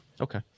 okay